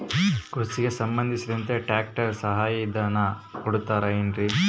ಕೃಷಿಗೆ ಸಂಬಂಧಿಸಿದಂತೆ ಟ್ರ್ಯಾಕ್ಟರ್ ಸಹಾಯಧನ ಕೊಡುತ್ತಾರೆ ಏನ್ರಿ?